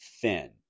thin